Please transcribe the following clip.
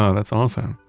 ah that's awesome.